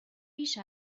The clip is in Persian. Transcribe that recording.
بیش